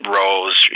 rose